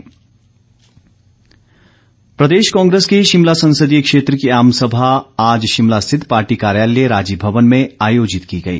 कुलदीप राठौर प्रदेश कांग्रेस के शिमला संसदीय क्षेत्र की आम सभा आज शिमला स्थित पार्टी कार्यालय राजीव भवन में आयोजित की गई